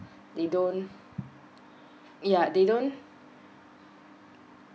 they don't yeah they don't